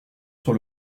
sur